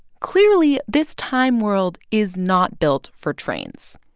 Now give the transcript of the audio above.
clearly, this time world is not built for trains.